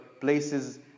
places